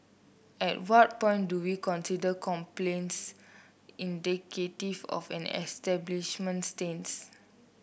at what point do we consider complaints indicative of an establishment's stance